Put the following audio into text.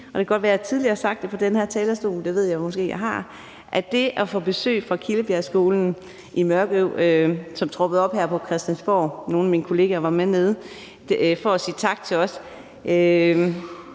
Det kan godt være, at jeg tidligere har sagt det på den her talerstol, men jeg bliver nødt til at sige, at det at få besøg fra Kildebjergskolen i Mørkøv, som troppede op her på Christiansborg for at sige tak til os